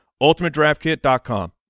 ultimatedraftkit.com